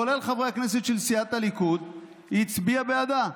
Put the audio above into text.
כולל חברי הכנסת של סיעת הליכוד הצביעו בעדה.